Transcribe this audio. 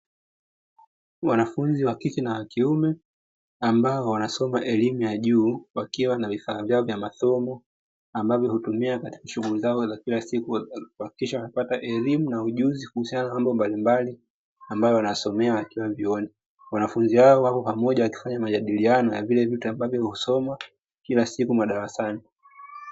Wanafunzi wakike na wakiume ambao wanasoma elimu ya juu, wakiwa na vifaa vyao vya masomo ambavyo hutumia katika shughuli zao za kila siku kuhakikisha wanapata elimu na ujuzi kuhusiana na mambo mbalimbali ambayo wanayasomea wakiwa vyuoni, wanafunzi hao wapo pamoja wakifanya majadiliano ya vile vitu ambavyo husomwa kila siku madarasani.